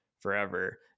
forever